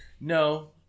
No